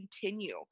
continue